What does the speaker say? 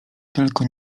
tylko